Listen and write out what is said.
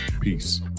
Peace